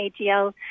AGL